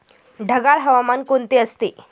ढगाळ हवामान कोणते असते?